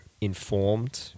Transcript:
informed